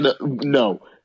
No